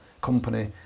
company